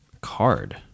card